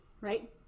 right